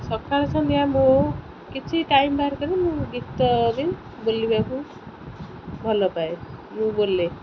ସକାଳେ ସନ୍ଧ୍ୟା ମୋ କିଛି ଟାଇମ୍ ବାହାର କରି ମୁଁ ଗୀତ ବି ବୋଲିବାକୁ ଭଲପାଏ ମୁଁ ବୋଲେ